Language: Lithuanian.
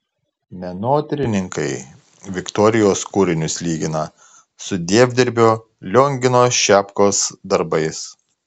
menotyrininkai viktorijos kūrinius lygina su dievdirbio liongino šepkos darbais